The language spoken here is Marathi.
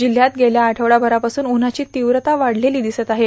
जिल्ह्यात गेल्या आठवडाभरापासून उन्हाची तीव्रता वाढलेली दिसत आहे